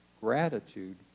gratitude